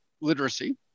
literacy